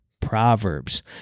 Proverbs